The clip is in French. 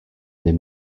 des